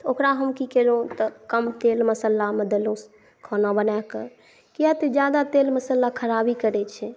तऽ ओकरा हम की कएलहुॅं तऽ कम तेल मसालामे देलहुॅं खाना बनाए कऽ किया तऽ ज्यादा तेल मसाला खराबी करै छै